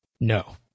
no